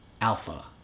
Alpha